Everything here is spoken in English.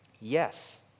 Yes